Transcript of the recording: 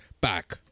back